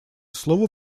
слово